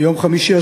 ביום חמישי,